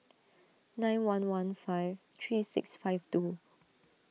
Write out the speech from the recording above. nine one one five three six five two